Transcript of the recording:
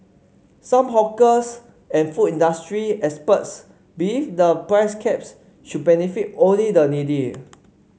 some hawkers and food industry experts believe the price caps should benefit only the needy